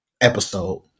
episode